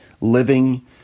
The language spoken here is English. Living